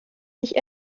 nicht